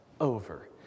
over